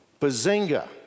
bazinga